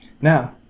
Now